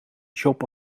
job